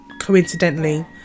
coincidentally